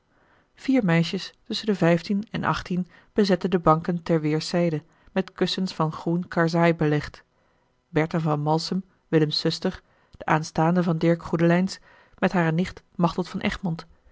meisjes tusschen de vijftien en achttien bezetten de banken ter weêrszijden met kussens van groen karsaai belegd bertha van malsem willems zuster de aanstaande van dirk goedelijns met hare nicht machteld van egmond